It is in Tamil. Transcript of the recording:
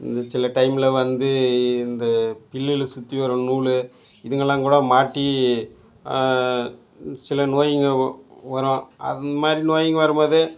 இந்த சில டைமில் வந்து இந்த புல்லுல சுற்றி வர நூலு இதுங்கெல்லாம் கூட மாட்டி சில நோயிங்க வ் வரும் அதை மாதிரி நோயிங்க வரும்போது